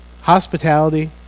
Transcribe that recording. hospitality